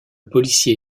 policier